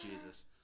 jesus